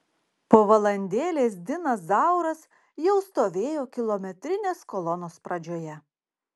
po valandėlės dinas zauras jau stovėjo kilometrinės kolonos pradžioje